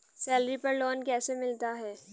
Salary पर loan कैसे मिलता है?